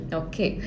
okay